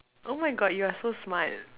oh my God you're so smart